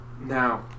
now